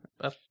up